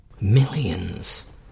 Millions